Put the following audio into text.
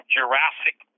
Jurassic